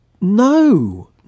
No